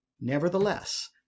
Nevertheless